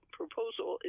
proposal